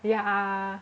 yeah